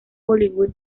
hollywood